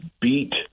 beat